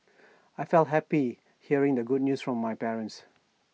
I felt happy hearing the good news from my parents